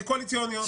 קואליציונית,